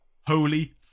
holy